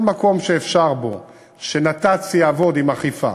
כל מקום שאפשר שנת"צ יעבוד בו עם אכיפה,